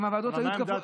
גם בתקופת